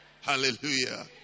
hallelujah